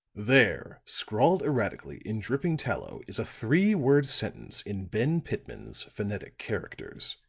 there, scrawled erratically in dripping tallow, is a three word sentence in benn pitman's phonetic characters.